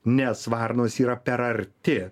nes varnos yra per arti